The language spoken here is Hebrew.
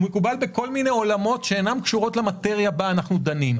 הוא מקובל בכל מיני עולמות שאינם קשורים למאטריה שבה אנחנו דנים.